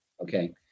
Okay